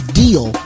deal